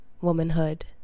womanhood